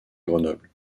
grenoble